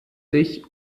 sich